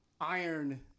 Iron